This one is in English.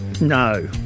No